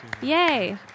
Yay